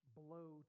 blow